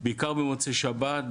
בעיקר במוצאי שבת,